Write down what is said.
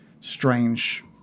strange